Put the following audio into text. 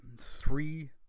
three